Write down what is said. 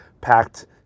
packed